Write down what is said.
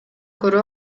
көрө